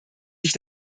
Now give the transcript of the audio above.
sich